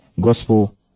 gospel